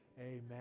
amen